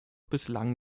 bislang